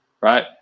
right